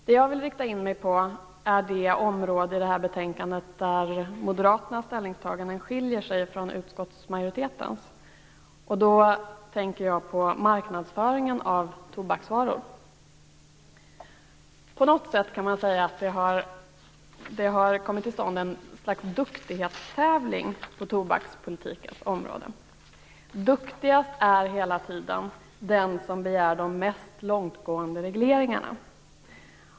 Det jag vill inrikta mig på är det område i betänkandet där moderaternas ställningstagande skiljer sig från utskottsmajoritetens. Jag tänker på marknadsföringen av tobaksvaror. Man kan säga att det har kommit till stånd något slags duktighetstävling på tobakspolitikens område. Duktigast är den som begär de mest långtgående regleringarna.